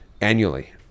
annually